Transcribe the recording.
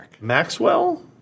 Maxwell